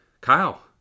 Kyle